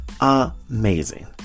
amazing